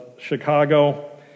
Chicago